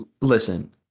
listen